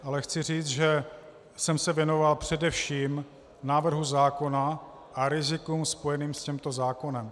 Ale chci říct, že jsem se věnoval především návrhu zákona a rizikům spojeným s tímto zákonem.